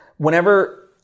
Whenever